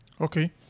Okay